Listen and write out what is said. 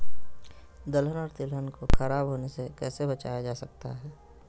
दलहन और तिलहन को खराब होने से कैसे बचाया जा सकता है?